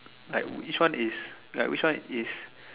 like which one is like which one is